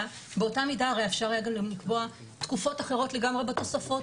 באותה מידה הרי אפשר היה לקבוע תקופות אחרות לגמרי בתוספות,